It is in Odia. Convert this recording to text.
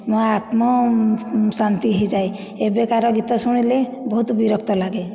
ମୋ ଆତ୍ମା ଶାନ୍ତି ହୋଇଯାଏ ଏବେକାର ଗୀତ ଶୁଣିଲେ ବହୁତ ବିରକ୍ତ ଲାଗେ